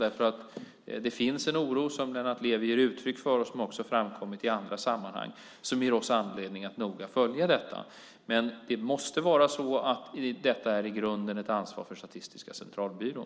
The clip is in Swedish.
Det finns en oro som Lennart Levi ger uttryck för och som också framkommit i andra sammanhang som ger oss anledning att noga följa detta. Men det måste i grunden vara ett ansvar för Statistiska centralbyrån.